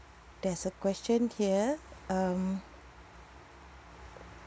there's a question here um